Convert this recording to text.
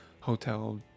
hotel